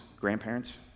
grandparents